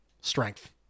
Strength